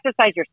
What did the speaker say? exercise